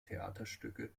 theaterstücke